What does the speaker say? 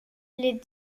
les